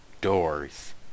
doors